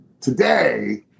today